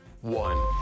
one